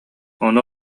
ону